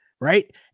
right